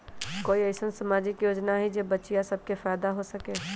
कोई अईसन सामाजिक योजना हई जे से बच्चियां सब के फायदा हो सके?